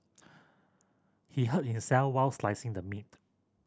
he hurt himself while slicing the meat